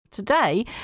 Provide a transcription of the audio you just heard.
Today